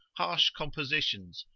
harsh compositions,